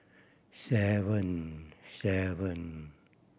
seven seven